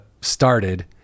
started